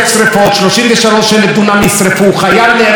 נפצע מצלף,